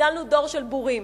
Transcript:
גידלנו דור של בורים.